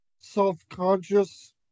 self-conscious